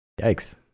Yikes